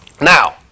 now